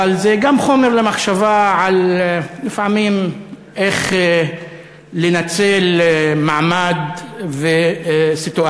אבל זה גם חומר למחשבה על איך לנצל לפעמים מעמד וסיטואציות.